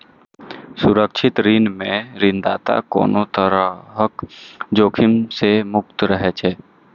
सुरक्षित ऋण मे ऋणदाता कोनो तरहक जोखिम सं मुक्त रहै छै